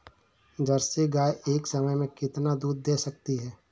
Jersey गाय एक समय में कितना दूध दे सकती है?